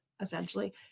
essentially